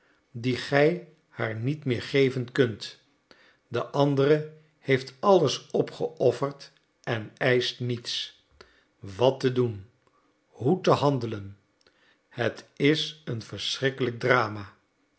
die gij haar niet meer geven kunt de andere heeft alles opgeofferd en eischt niets wat te doen hoe te handelen het is een verschrikkelijk drama